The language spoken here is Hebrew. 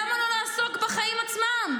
למה לא לעסוק בחיים עצמם?